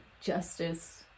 justice